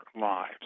lives